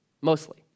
mostly